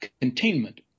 containment